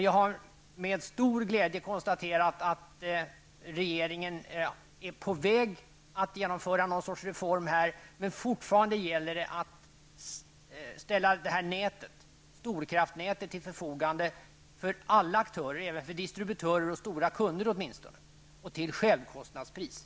Jag har med stor glädje konstaterat att regeringen är på väg att genomföra någon sorts reform här. Men det gäller dock fortfarande att ställa kraftnätet till förfogande för alla aktörer, åtminstone även för distrubitörer och stora kunder, till självkostnadspriser.